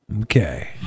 Okay